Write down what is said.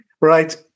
Right